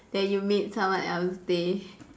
that you made someone else day